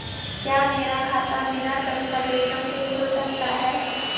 क्या मेरा खाता बिना दस्तावेज़ों के खुल सकता है?